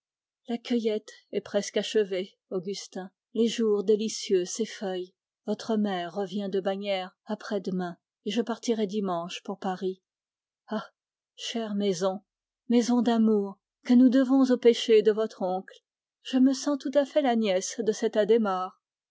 la cueillette est presque achevée augustin les jours délicieux s'effeuillent votre mère revient de bagnères après-demain et je partirai dimanche pour paris ah chère maison maison d'amour que nous devons au péché de votre oncle je me sens tout à fait la nièce de cet adhémar